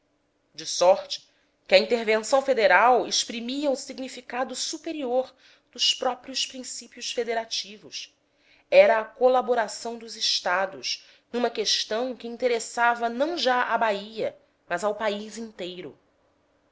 de sorte que a intervenção federal exprimia o significado superior dos próprios princípios federativos era a colaboração dos estados numa questão que interessava não já à bahia mas ao país inteiro